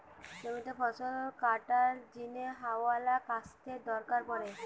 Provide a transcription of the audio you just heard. জমিরে ফসল কাটার জিনে হাতওয়ালা কাস্তের দরকার পড়ে